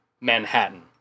Manhattan